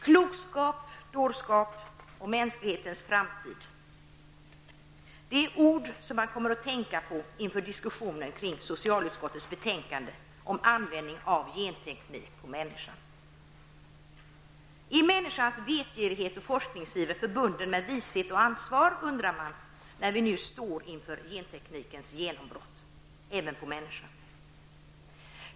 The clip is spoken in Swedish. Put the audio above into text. Klokskap, dårskap och mänsklighetens framtid är ord som man kommer att tänka på inför diskussionen kring socialutskottets betänkande om användningen av genteknik på människa. Är människans vetgirighet och forskningsiver förbunden med vishet och ansvar, undrar man när vi nu står inför genteknikens genombrott även på människor.